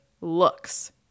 looks